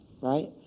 right